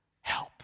Help